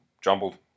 jumbled